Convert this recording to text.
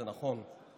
זה נכון.